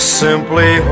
simply